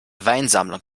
weinsammlung